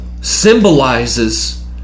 symbolizes